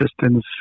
assistance